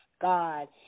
God